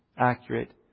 accurate